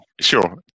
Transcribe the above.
sure